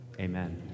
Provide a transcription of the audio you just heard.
Amen